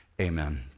amen